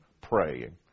praying